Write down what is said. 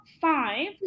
five